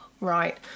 Right